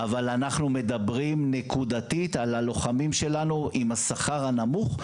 אבל אנחנו מדברים נקודתית על הלוחמים שלנו עם השכר הנמוך,